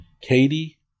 Katie